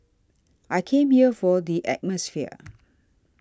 I came here for the atmosphere